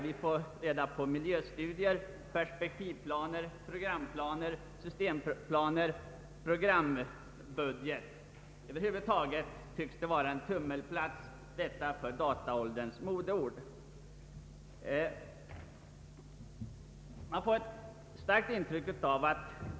Vi får reda på miljöstudier, perspektivplaner, programplaner, systemplaner och pro grambudget. Över huvud taget tycks detta vara en tummelplats för dataålderns modeord.